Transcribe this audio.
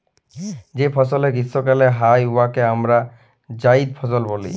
যে ফসলে গীষ্মকালে হ্যয় উয়াকে আমরা জাইদ ফসল ব্যলি